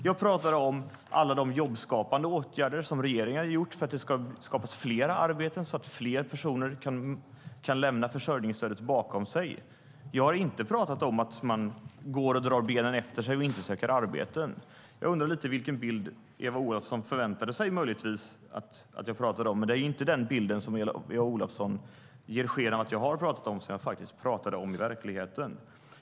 Jag talade om alla de jobbskapande åtgärder som regeringen har vidtagit för att det skapas fler arbeten så att fler personer kan lämna försörjningsstödet bakom sig. Jag har inte talat om att man går och drar benen efter sig och inte söker arbeten. Jag undrar vilken bild Eva Olofsson möjligtvis förväntade sig att jag talade om. Men det är inte den bild som Eva Olofsson ger sken av att jag har talat om som jag faktiskt talade om i verkligheten.